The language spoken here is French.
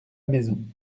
maison